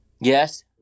Yes